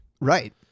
right